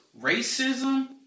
racism